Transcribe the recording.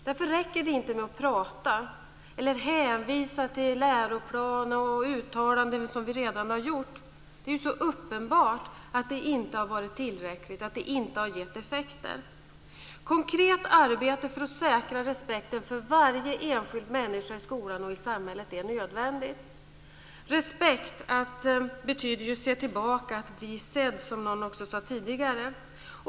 Därför räcker det inte med att prata eller att hänvisa till läroplan och uttalanden som vi redan har gjort. Det är så uppenbart att det inte har varit tillräckligt, att det inte har gett effekter. Konkret arbete för att säkra respekten för varje enskild människa i skolan och i samhället är nödvändigt. Respekt betyder ju att se tillbaka, bli sedd, som någon sade tidigare.